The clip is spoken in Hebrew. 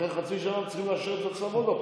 אחרי חצי שנה צריכים לאשר את הצו עוד הפעם,